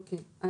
אוקיי.